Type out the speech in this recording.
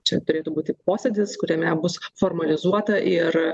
čia turėtų būti posėdis kuriame bus formalizuota ir